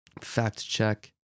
fact-check